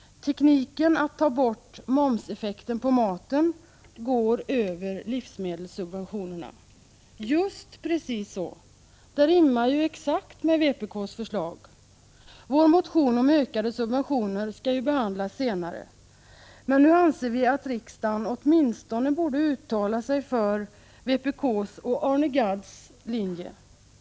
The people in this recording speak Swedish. Tekniken att ta bort ”momseffekten på maten” ——— går över livsmedelssubventionerna. Det rimmar ju exakt med vpk:s förslag! Vår motion om ökade subventioner skall behandlas senare. Men vi anser att riksdagen nu åtminstone borde uttala sig för vpk:s och Arne Gadds linje.